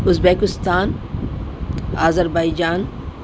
Uzbekistan Azar by John